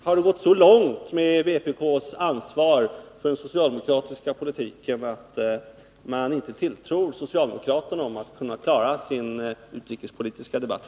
Har det gått så långt med vpk:s ansvar för den socialdemokratiska politiken att man inte tilltror socialdemokraterna förmågan att själva klara sin utrikespolitiska debatt?